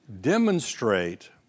demonstrate